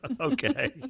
Okay